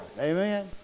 Amen